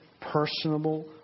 personable